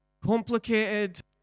complicated